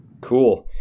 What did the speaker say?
Cool